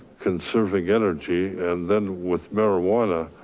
conserving energy. and then with marijuana,